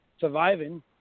surviving